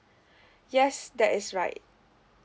yes that is right